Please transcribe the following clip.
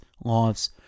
lives